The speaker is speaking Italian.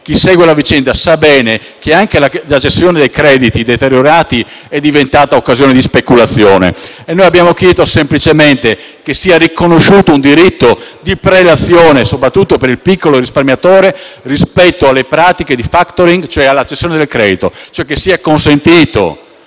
chi segue la vicenda sa bene che anche la cessione dei crediti deteriorati è diventata occasione di speculazione. Abbiamo chiesto semplicemente che sia riconosciuto un diritto di prelazione, soprattutto per il piccolo risparmiatore, rispetto alle pratiche di *factoring*, cioè alla cessione del credito, che sia consentito